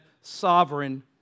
sovereign